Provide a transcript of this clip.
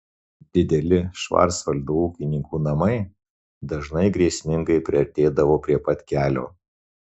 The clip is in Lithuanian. dideli švarcvaldo ūkininkų namai dažnai grėsmingai priartėdavo prie pat kelio